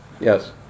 Yes